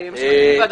וחלילה, באתי לאיים.